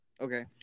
Okay